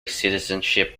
citizenship